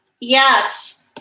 Yes